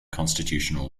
constitutional